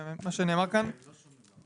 הכי רלוונטית לחבר'ה שיקבלו עכשיו הכרה.